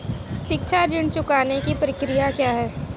शिक्षा ऋण चुकाने की प्रक्रिया क्या है?